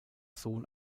sohn